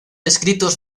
escritos